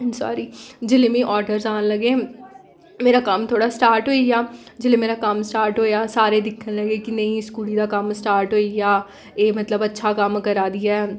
sorry जेल्लै मिगी orders आन लगे मेरा कम्म थोह्ड़ा स्टार्ट होई गेआ जेल्लै मेरा कम्म स्टार्ट होएआ सारे दिक्खन लगे कि नेईं इस कुड़ी दा कम्म स्टार्ट होई गेआ एह् मतलब अच्छा कम्म करा दी ऐ